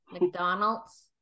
McDonald's